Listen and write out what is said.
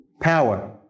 power